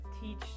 teach